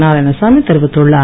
நாராயணசாமி தெரிவித்துள்ளார்